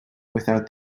without